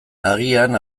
agian